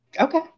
okay